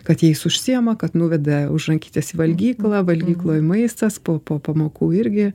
kad jais užsiema kad nuveda už rankytės į valgyklą valgykloj maistas po po pamokų irgi